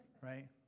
right